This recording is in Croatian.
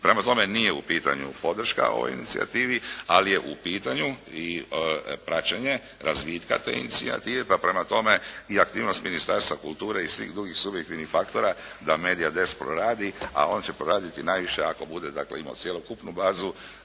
Prema tome, nije u pitanju podrška ovoj inicijativi ali je u pitanju i praćenje razvitka te inicijative, pa prema tome i aktivnost Ministarstva kulture i svih drugih subjektivnih faktora da "MEDIA Desk" proradi a on će proraditi najviše ako bude dakle imao cjelokupnu bazu